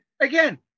again